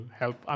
help